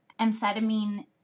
amphetamine